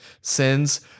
sins